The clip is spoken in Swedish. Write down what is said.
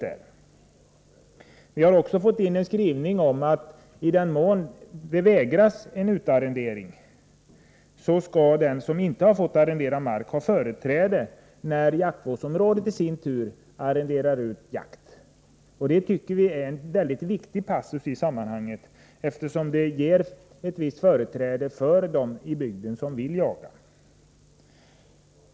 I utskottsbetänkandet har dessutom skrivits in att i den mån en utarrendering förvägras, skall den som inte fått arrendera mark ha företräde när jaktvårdsområdet i sin tur arrenderar ut jakt. Det tycker vi är en väldigt viktig passus i detta sammanhang. Det innebär ju ett visst företräde för dem i bygden som vill jaga.